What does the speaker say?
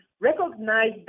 recognize